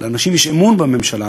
לאנשים יש אמון בממשלה,